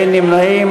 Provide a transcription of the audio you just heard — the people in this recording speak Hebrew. אין נמנעים.